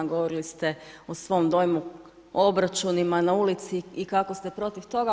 Govorili ste o svom dojmu o obračunima na ulici i kako ste protiv toga.